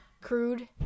crude